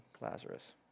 Lazarus